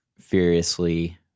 furiously